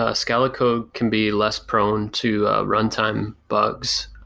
ah scala code can be less prone to runtime bugs.